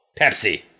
Pepsi